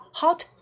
hot